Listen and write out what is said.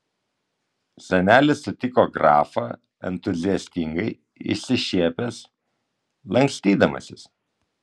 senelis sutiko grafą entuziastingai išsišiepęs lankstydamasis